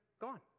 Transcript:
gone